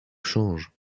change